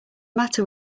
matter